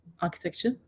architecture